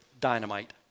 dynamite